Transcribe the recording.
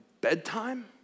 bedtime